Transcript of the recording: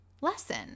lesson